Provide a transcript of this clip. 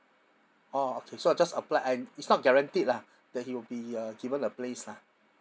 orh okay so I just apply and it's not guaranteed lah that he'll be uh given a place lah